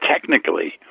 technically